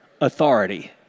Authority